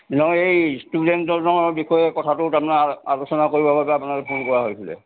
নহয় এই ষ্টুডেণ্টজনৰ বিষয়ে কথাটো তাৰমানে আলোচনা কৰিবৰ বাবে আপোনালৈ ফোন কৰা হৈছিলে